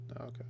Okay